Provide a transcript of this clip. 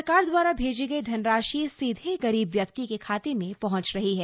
सरकार द्वारा भेजी गई धनराशि सीधे गरीब व्यक्ति के खाते में पहंच रही है